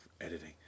editing